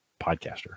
podcaster